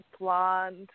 blonde